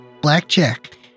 Blackjack